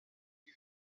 die